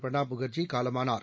பிரணாப் முகர்ஜி காலமானார்